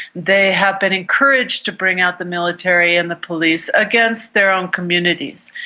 they have been encouraged to bring out the military and the police against their own communities.